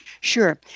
Sure